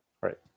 Right